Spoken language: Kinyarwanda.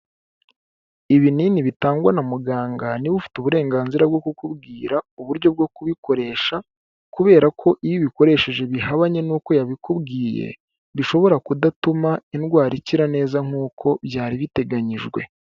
Ibinini bitangwa na muganga, ni we ufite uburenganzira bwo kukubwira uburyo bwo kubikoresha kubera ko iyo ubikoresheje bihabanye n'uko yabikubwiye, bishobora kudatuma indwara ikira neza nkko byari biteganyijwe.